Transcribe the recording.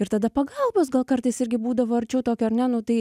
ir tada pagalbos gal kartais irgi būdavo arčiau tokio ar ne nu tai